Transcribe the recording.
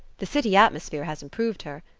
the city atmosphere has improved her.